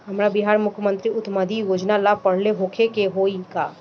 हमरा बिहार मुख्यमंत्री उद्यमी योजना ला पढ़ल होखे के होई का?